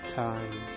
time